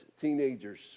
teenagers